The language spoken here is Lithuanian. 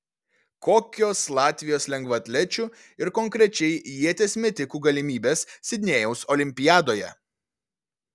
kokios latvijos lengvaatlečių ir konkrečiai ieties metikų galimybės sidnėjaus olimpiadoje